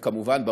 וכמובן,